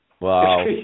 Wow